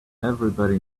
everybody